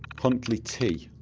huntley t.